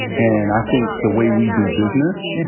and i think the way we do business,